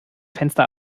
fenster